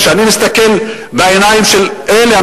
כשאני מסתכל בעיניים של אלה,